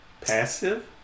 Passive